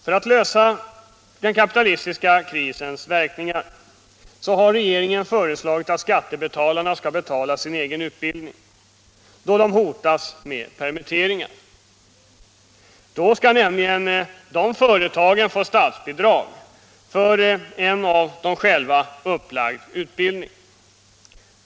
För att lösa den kapitalistiska krisens verkningar har regeringen föreslagit att skattebetalarna skall betala sin egen utbildning, då de hotas med permitteringar. Då skall nämligen de företagen få statsbidrag för en av dem själva upplagd utbildning.